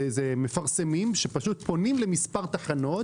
זה מפרסמים שפונים למספר תחנות,